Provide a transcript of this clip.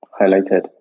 highlighted